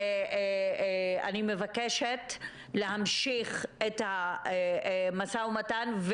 שאני מבקשת להמשיך את המשא ומתן,